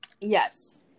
Yes